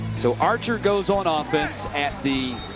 so archer goes on ah offense at the